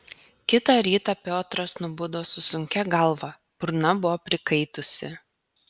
kitą rytą piotras nubudo su sunkia galva burna buvo prikaitusi